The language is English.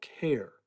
care